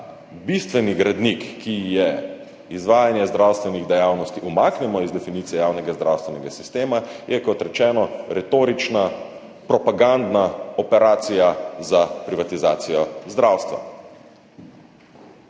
bistveni gradnik, ki je izvajanje zdravstvenih dejavnosti, umaknemo iz definicije javnega zdravstvenega sistema, je, kot rečeno, retorična, propagandna operacija za privatizacijo zdravstva.